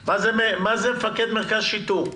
מה זה מפקד מרכז שיטור?